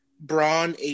Braun